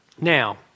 Now